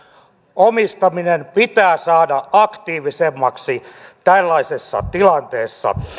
omistaminen pitää saada aktiivisemmaksi tällaisessa tilanteessa